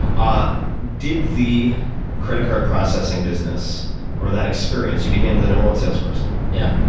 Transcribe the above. um did the credit card processing business or that experience you became the number one sales person. yeah.